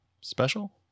special